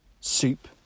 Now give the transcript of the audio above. soup